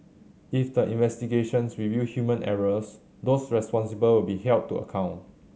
if the investigations reveal human errors those responsible will be held to account